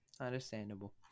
understandable